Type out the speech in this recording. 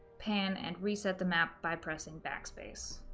pan, and reset the map by pressing backspace.